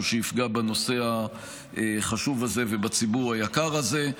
שיפגע בנושא החשוב הזה ובציבור היקר הזה.